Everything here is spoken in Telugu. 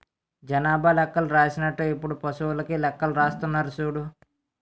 జనాభా లెక్కలు రాసినట్టు ఇప్పుడు పశువులకీ లెక్కలు రాస్తున్నారు సూడు